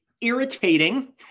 irritating